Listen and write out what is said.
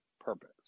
purpose